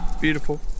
Beautiful